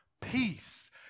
peace